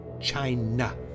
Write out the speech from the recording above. China